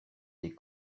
des